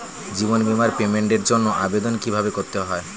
জীবন বীমার পেমেন্টের জন্য আবেদন কিভাবে করতে হয়?